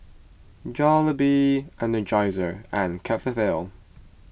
Jollibee Energizer and Cetaphil